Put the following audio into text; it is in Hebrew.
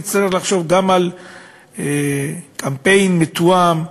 נצטרך לחשוב גם על קמפיין מתואם,